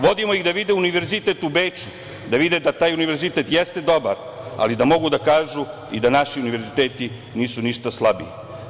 Vodimo ih da vide Univerzitet u Beču, da vide da taj Univerzitet jeste dobar, ali da mogu da kažu i da naši univerziteti nisu ništa slabiji.